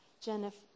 Jennifer